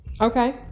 Okay